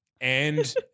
And-